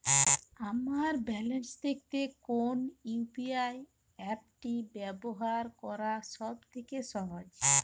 আমার ব্যালান্স দেখতে কোন ইউ.পি.আই অ্যাপটি ব্যবহার করা সব থেকে সহজ?